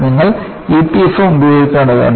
നിങ്ങൾ EPFM ഉപയോഗിക്കേണ്ടതുണ്ട്